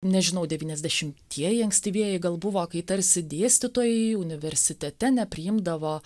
nežinau devyniasdešimtieji ankstyvieji gal buvo kai tarsi dėstytojai universitete nepriimdavo